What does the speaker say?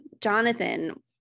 Jonathan